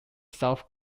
south